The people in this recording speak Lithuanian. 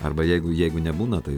arba jeigu jeigu nebūna tai